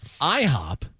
IHOP